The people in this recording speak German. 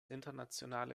internationale